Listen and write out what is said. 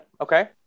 Okay